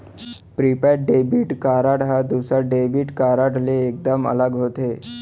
prepaid debit card ह दूसर debit card ले एकदम अलग होथे